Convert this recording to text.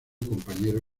compañero